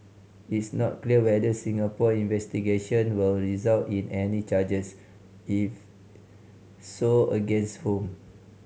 it's not clear whether Singapore investigation will result in any charges and if so against whom